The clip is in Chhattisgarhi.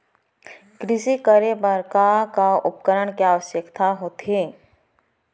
कृषि करे बर का का उपकरण के आवश्यकता होथे?